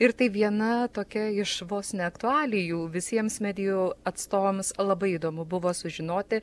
ir tai viena tokia iš vos ne aktualijų visiems medijų atstovams labai įdomu buvo sužinoti